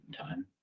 time